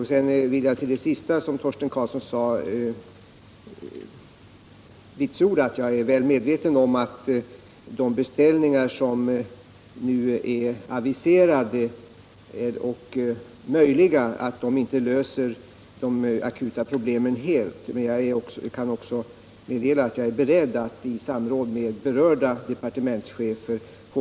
— anställda inom När det gäller det senaste som Torsten Karlsson sade vill jag vitsorda — vårdområdet att jag är väl medveten om att de beställningar som nu är aviserade och möjliga inte löser de akuta problemen helt, men jag kan också med dela att jag är beredd att i samråd med berörda departementschefer på